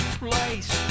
place